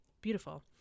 beautiful